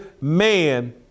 man